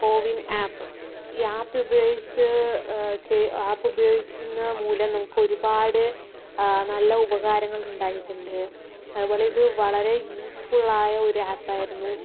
CoWIN app ഈ app ഉപയോഗിച്ച് app ഉപയോഗിക്കുന്നതുമൂലം നമുക്കൊരുപാട് നല്ല ഉപകാരങ്ങൾ ഉണ്ടായിട്ടുണ്ട് അതുപോലെ ഇത് വളരെ യൂസ്ഫുൾ ആയ ഒരു ആപ്പായിരുന്നു